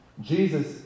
Jesus